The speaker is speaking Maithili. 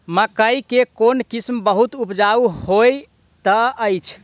मकई केँ कोण किसिम बहुत उपजाउ होए तऽ अछि?